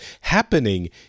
happening